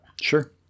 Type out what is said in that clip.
Sure